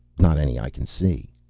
not any i can see.